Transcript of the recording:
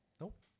Nope